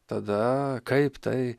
tada kaip tai